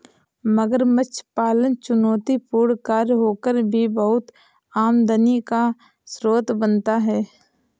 मगरमच्छ पालन चुनौतीपूर्ण कार्य होकर भी बहुत आमदनी का स्रोत बनता है